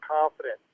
confident